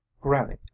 Granny